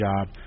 job